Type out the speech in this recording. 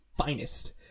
finest